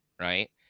right